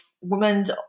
women's